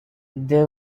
they